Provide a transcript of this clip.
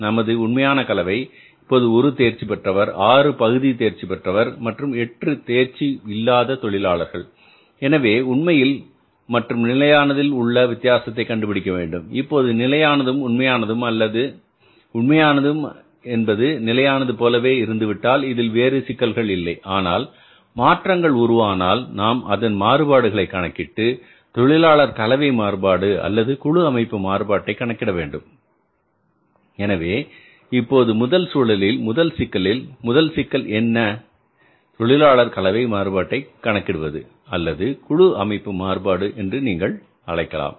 நமது உண்மையான கலவை இப்போது ஒரு தேர்ச்சி பெற்றவர் ஆறு பகுதி தேர்ச்சி பெற்றவர் மற்றும் 8 தேர்ச்சி இல்லாத தொழிலாளர்கள் எனவே உண்மையில் மற்றும் நிலையானது உள்ள வித்தியாசத்தை கண்டுபிடிக்க வேண்டும் இப்போது நிலையானதும் உண்மையானதும் அல்லது உண்மையானது என்பது நிலையானது போலவே இருந்துவிட்டால் இதில் வேறு சிக்கல்கள் இல்லை ஆனால் மாற்றங்கள் உருவானால் நாம் அதன் மாறுபாடுகளை கணக்கிட்டு தொழிலாளர் கலவை மாறுபாடு அல்லது குழு அமைப்பு மாறுபாட்டை கணக்கிட வேண்டும் எனவே இப்போது முதல் சூழலில் முதல் சிக்கலில் முதல் சிக்கல் என்பது என்ன தொழிலாளர் கலவை மாறுபாட்டை கணக்கிடுவது அல்லது குழு அமைப்பு மாறுபாடு என்று நீங்கள் அழைக்கலாம்